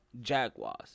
Jaguars